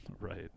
Right